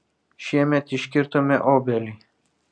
šiemet iškirtome obelį